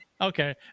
Okay